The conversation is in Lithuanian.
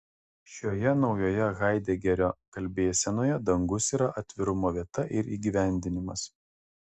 šioje naujoje haidegerio kalbėsenoje dangus yra atvirumo vieta ir įgyvendinimas